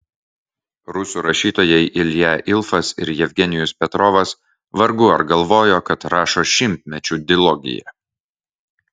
rusų rašytojai ilja ilfas ir jevgenijus petrovas vargu ar galvojo kad rašo šimtmečių dilogiją